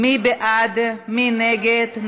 מי בעד, מי נגד?